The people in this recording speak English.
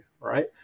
right